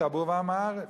אתה בור ועם הארץ.